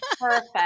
Perfect